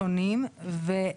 אז צריך באיזה שהוא שלב.